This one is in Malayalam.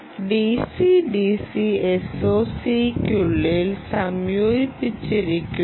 DCDC SOCക്കുള്ളിൽ സംയോജിപ്പിച്ചിരിക്കുന്നു